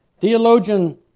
Theologian